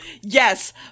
Yes